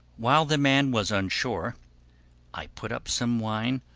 while the man was on shore i put up some wine,